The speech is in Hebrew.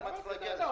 למה צריך להגיע לזה?